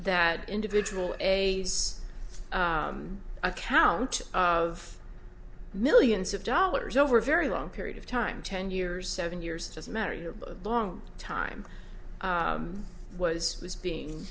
that individual a account of millions of dollars over a very long period of time ten years seven years just married a long time was this being